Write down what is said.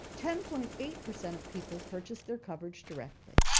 ten point eight percent of people purchased their coverage correctly.